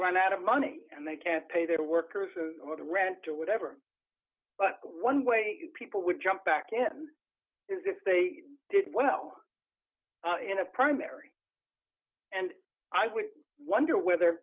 run out of money and they can't pay their workers who would rent or whatever but one way people would jump back in is if they did well in a primary and i would wonder whether